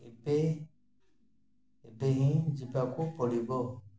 ଏବେ ଏବେ ହିଁ ଯିବାକୁ ପଡ଼ିବ